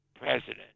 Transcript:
president